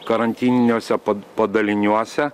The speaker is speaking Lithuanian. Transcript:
karantininiuose padaliniuose